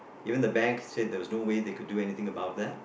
even the bank said there was no way they could do anything about that